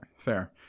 Fair